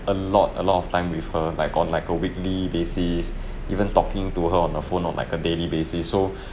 a lot a lot of time with her like on like a weekly basis even talking to her on the phone on like a daily basis so